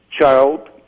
child